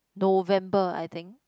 November I think